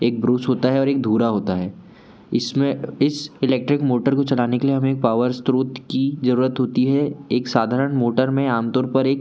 एक ब्रूस होता है और एक धूरा होता है इसमें इस इलेक्ट्रिक मोटर को चलाने के लिए हमें एक पावर स्रोत की ज़रूरत होती है एक साधारण मोटर में आमतौर पर एक